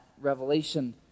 revelation